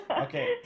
okay